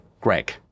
greg